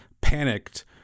panicked